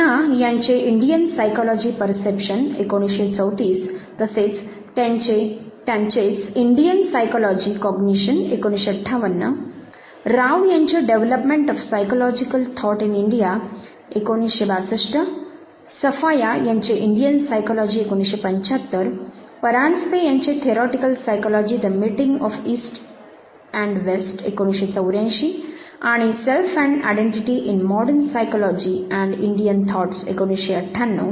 सिन्हा यांचे 'Indian psychology perception' 1934 Indian Psychology Perception तसेच त्यांचेच 'Indian psychology cognition' 1958 Indian Psychology Cognition Rao यांचे 'development of psychological thought in India' 1962 Safaya यांचे 'Indian psychology' 1975 Paranjpe यांचे 'theoretical psychology the meeting of east and west' 1984 Theoretical Psychology the Meeting of East and West आणि 'self and identity in modern psychology and Indian thoughts' 1998